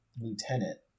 lieutenant